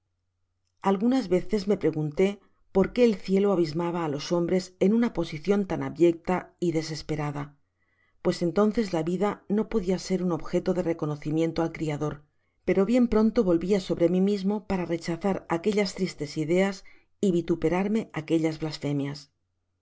algunas veces me pregunté por qué el cielo abismaba á los hombres en una posicion tan abyecta y desesperada pues entonces la vida no podia ser un objeto de reconocimiento al criador pero bien pronto volvia sobre mi mismo para rechazar aquellas tristes ideas y vituperarme aquellas blasfemias un